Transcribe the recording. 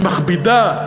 שמכבידה,